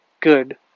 good